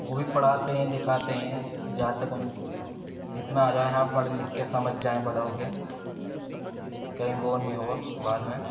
وہ بھی پڑھاتے ہیں لکھاتے ہیں جہاں تک ان اتنا آ جائے ہاں پڑھ لکھ کے سمجھ جائیں بڑے ہو کے کہیں وہ نہیں ہو بعد میں